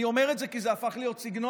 אני אומר את זה כי זה הפך להיות סגנון,